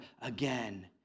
again